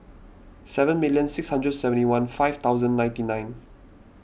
seven million six hundred seventy one five thousand ninety nine